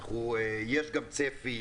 יש גם צפי,